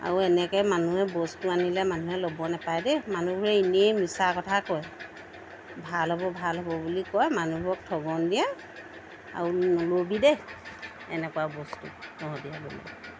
আৰু এনেকৈ মানুহে বস্তু আনিলে মানুহে ল'ব নাপাই দেই মানুহবোৰে এনেই মিছা কথা কয় ভাল হ'ব ভাল হ'ব বুলি কয় মানুহবোৰক ঠগন দিয়ে আৰু নলবি দেই এনেকুৱা বস্তু তহঁতি সেইবুলি